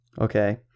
okay